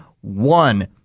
one